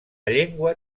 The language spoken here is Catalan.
llengua